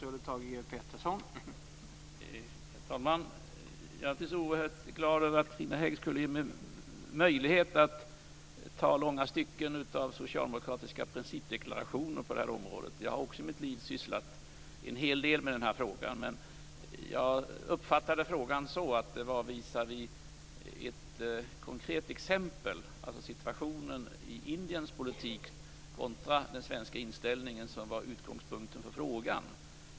Herr talman! Jag är naturligtvis oerhört glad att Carina Hägg i och med detta skulle ge mig möjlighet att ta långa stycken av socialdemokratiska principdeklarationer på detta område. Jag har också sysslat en hel del med den här frågan i mitt liv. Men jag uppfattade frågan så att det var ett konkret exempel - alltså situationen i Indiens politik kontra den svenska inställningen - som var utgångspunkt för frågan.